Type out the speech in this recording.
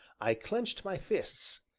i clenched my fists.